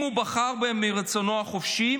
אם הוא בחר בהם מרצונו החופשי.